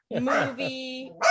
movie